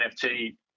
NFT